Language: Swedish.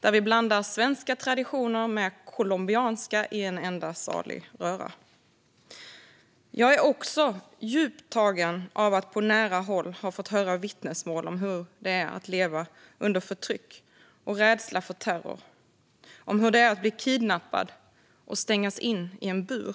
Där blandar vi svenska traditioner med colombianska i en enda salig röra. Jag är också djupt tagen av att på nära håll ha fått höra vittnesmål om hur det är att leva under förtryck och rädsla för terror och om hur det är att bli kidnappad och stängas in i en bur.